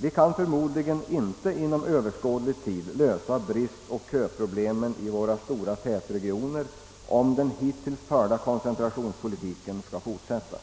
Vi kan förmodligen inte inom överskådlig tid lösa bristoch köproblemen i våra stora tätregioner, om den hittills förda koncentrationspolitiken skall fortsätta.